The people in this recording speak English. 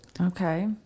Okay